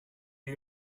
you